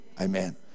Amen